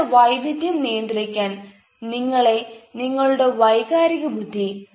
ഇങ്ങനെയാണ് വൈവിധ്യം നിയന്ത്രിക്കാൻ നിങ്ങളെ നിങ്ങളുടെ വൈകാരിക ബുദ്ധി സഹായിക്കുന്നത്